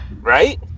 right